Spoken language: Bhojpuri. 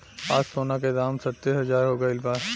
आज सोना के दाम छत्तीस हजार हो गइल बा